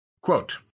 Quote